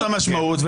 זאת המשמעות.